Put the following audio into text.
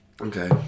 okay